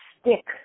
stick